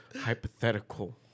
hypothetical